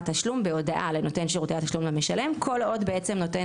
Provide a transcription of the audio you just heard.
תשלום בהודעה לנותן התשלום המשלם כל עוד בעצם נותן